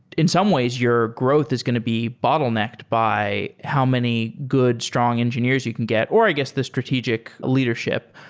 in some ways your growth is going to be bottlenecked by how many good strong engineers you can get, or i guess the strategic leadership.